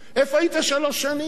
איפה היית שלוש שנים?